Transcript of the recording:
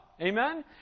Amen